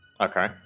Okay